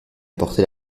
apporté